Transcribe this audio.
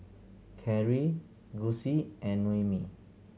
Cary Gussie and Noemi